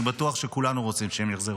אני בטוח שכולנו רוצים שהם יחזרו,